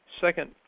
Second